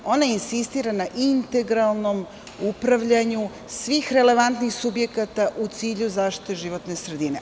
Ona insistira na integralnom upravljanju svih relevantnih subjekata u cilju zaštite životne sredine.